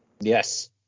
yes